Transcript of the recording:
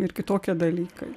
ir kitokie dalykai